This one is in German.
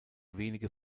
wenige